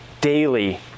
daily